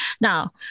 Now